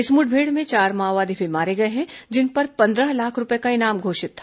इस मुठभेड़ में चार माओवादी भी मारे गए हैं जिन पर पंद्रह लाख रूपये का इनाम घोषित था